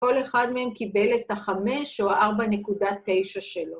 כל אחד מהם קיבל את ה 5 או 4.9 שלו.